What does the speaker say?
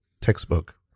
textbook